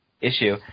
issue